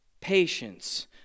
patience